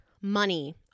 money